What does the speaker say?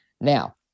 Now